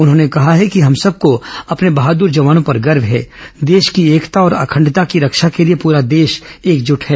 उन्होंने कहा है कि हम सबको अपने बहाद्र जवानों पर गर्व है देश की एकता और अखंडता की रक्षा के लिए पूरा देश एकजुट है